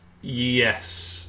Yes